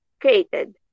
created